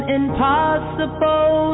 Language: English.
impossible